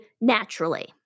naturally